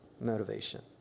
motivation